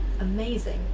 Amazing